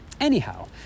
Anyhow